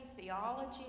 theology